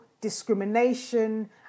discrimination